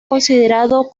considerado